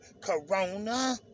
Corona